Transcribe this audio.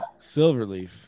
Silverleaf